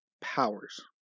powers